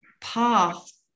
path